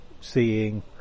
seeing